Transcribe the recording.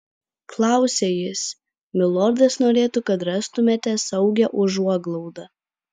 klausia jis milordas norėtų kad rastumėte saugią užuoglaudą